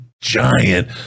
giant